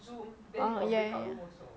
orh yes